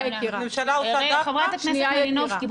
חברת הכנסת מלינובסקי,